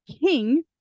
king